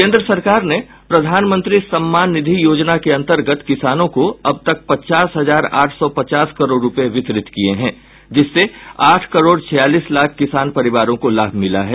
केंद्र सरकार ने प्रधानमंत्री सम्मान निधि योजना के अंतर्गत किसानों को अब तक पचास हजार आठ सौ पचास करोड़ रुपये वितरित किए हैं जिससे आठ करोड़ छियालीस लाख किसान परिवारों को लाभ मिला है